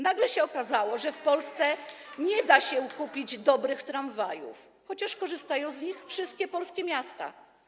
Nagle się okazało, że w Polsce nie da się kupić dobrych tramwajów - chociaż korzystają z nich wszystkie polskie miasta.